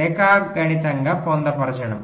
రేఖాగణితంగా పొందుపరచడం